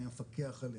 אני המפקח עליהם.